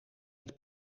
het